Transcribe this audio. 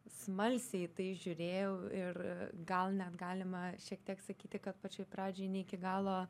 smalsiai į tai žiūrėjau ir gal net galima šiek tiek sakyti kad pačioj pradžioj ne iki galo